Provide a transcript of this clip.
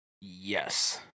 yes